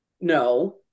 no